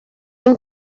این